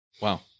Wow